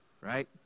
right